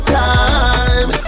time